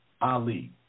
Ali